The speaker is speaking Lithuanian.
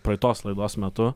praeitos laidos metu